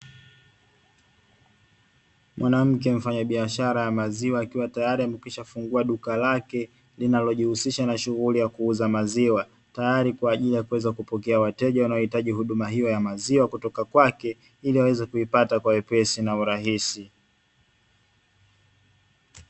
Mwanamke mfanyabiashara wa maziwa akiwa tayari amekwisha fungua duka lake, linalojihusisha na shughuli ya kuuza maziwa tayari kwa ajili ya kuweza kupokea wateja wanaohitaji huduma hiyo ya maziwa kutoka kwake, ili waweze kuipata kwa wepesi na urahisi.